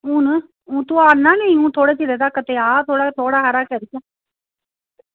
हून तूं आ निं नेईं हून थोह्ड़े चिर तक ते आ थोह्ड़े थोह्ड़ा हारा करी जा